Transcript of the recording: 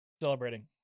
celebrating